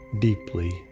deeply